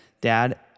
dad